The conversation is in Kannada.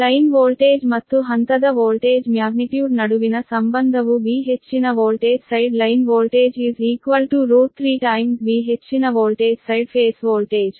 ಲೈನ್ ವೋಲ್ಟೇಜ್ ಮತ್ತು ಹಂತದ ವೋಲ್ಟೇಜ್ ಮ್ಯಾಗ್ನಿಟ್ಯೂಡ್ ನಡುವಿನ ಸಂಬಂಧವು V ಹೆಚ್ಚಿನ voltage side line voltage √3 times V ಹೆಚ್ಚಿನ ವೋಲ್ಟೇಜ್ ಸೈಡ್ ಫೇಸ್ ವೋಲ್ಟೇಜ್